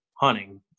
hunting